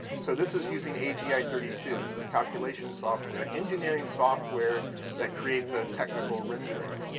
so this is using agi thirty two. this is calculation software, engineering software that creates a technical rendering.